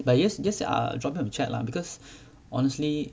but you just just ah drop him a chat lah because honestly